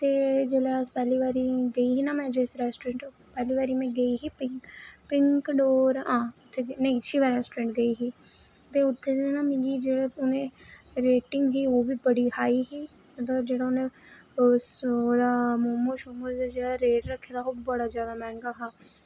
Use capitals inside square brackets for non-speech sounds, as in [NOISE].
ते जेल्लै अस पैह्ली बारी गेई ही ना मैं जेस रेस्टोरेंट पैह्ली बारी मैं गेई ही पिंक पिंक डोर हां ते नेईं शिवा रेस्टोरेंट गेई ही ते उत्थै दे ना मिगी जेह्ड़े उनें रेटिंग ही ओह् बी बड़ी हाई ही [UNINTELLIGIBLE] उस ओह्दा मोमो शोमो दा जेह्ड़ा रेट रक्खे दा हा ओह् बड़ा जादा मैंह्गा हा